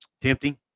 tempting